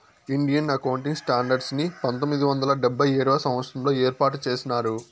Indian accounting standards ని పంతొమ్మిది వందల డెబ్భై ఏడవ సంవచ్చరంలో ఏర్పాటు చేసినారు